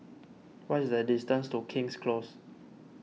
what is the distance to King's Close